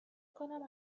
کنم